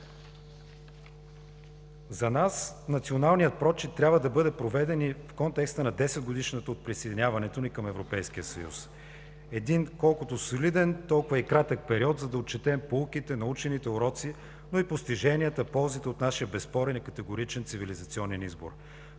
За нас националният прочит трябва да бъде проведен и в контекста на 10-годишнината от присъединяването ни към Европейския съюз – един колкото солиден, толкова и кратък период, за да отчетем поуките, научените уроци, но и постиженията, ползите от нашия безспорен и категоричен цивилизационен избор.